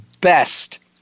best